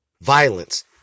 violence